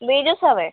व्हेजच हवं आहे